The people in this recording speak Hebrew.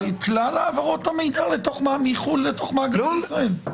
על כלל העברות המידע מחו"ל לתוך מעגל ישראל.